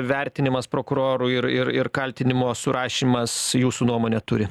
vertinimas prokurorų ir ir ir kaltinimo surašymas jūsų nuomone turi